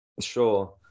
sure